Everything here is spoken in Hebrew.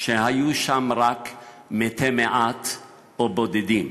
שהיו שם רק מתי מעט או בודדים.